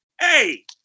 Hey